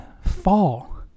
fall